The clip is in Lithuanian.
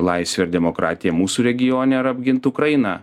laisvę ir demokratiją mūsų regione ir apgint ukrainą